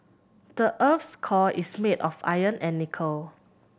the earth's core is made of iron and nickel